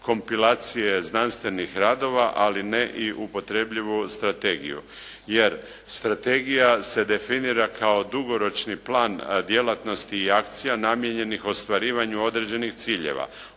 kompilacije znanstvenih radova, ali ne i upotrebljivu strategiju jer strategija se definira kao dugoročni plan djelatnosti i akcija namijenjenih ostvarivanju određenih ciljeva,